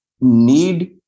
need